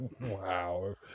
Wow